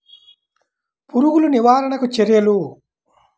పురుగులు నివారణకు చర్యలు?